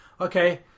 Okay